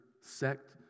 sect